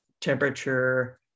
temperature